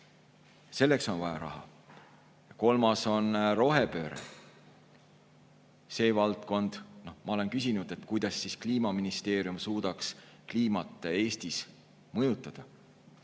Selleks on vaja raha. Kolmas on rohepööre. Ma olen küsinud, kuidas kliimaministeerium suudaks kliimat Eestis mõjutada.